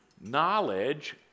knowledge